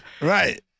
right